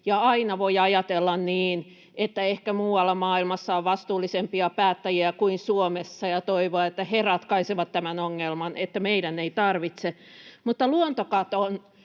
aina voi ajatella niin, että ehkä muualla maailmassa on vastuullisempia päättäjiä kuin Suomessa, ja toivoa, että he ratkaisevat tämän ongelman, niin että meidän ei tarvitse. Mutta luontokato